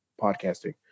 podcasting